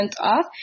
off